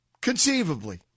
Conceivably